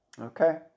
Okay